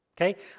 okay